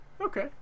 Okay